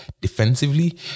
defensively